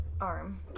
arm